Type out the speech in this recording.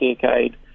decade